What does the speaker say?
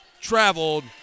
traveled